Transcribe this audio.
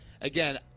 again